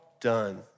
done